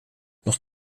nog